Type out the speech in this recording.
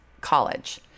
college